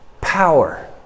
power